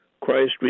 Christ